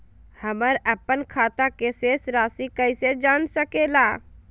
हमर अपन खाता के शेष रासि कैसे जान सके ला?